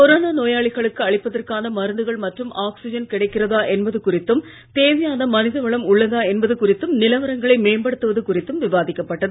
கொரோனாநோயாளிகளுக்குஅளிப்பதற்கானமருந்துகள்மற்றும்ஆக்சிஜன் கிடைக்கிறதாஎன்பதுகுறித்தும்தேவையானமனிதவளம்உள்ளதாஎன்பதுகு றித்தும்நிலவரங்களைமேம்படுத்துவதுகுறித்தும்விவாதிக்கப்பட்டது